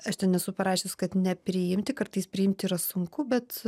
aš ten nesu parašius kad nepriimti kartais priimti yra sunku bet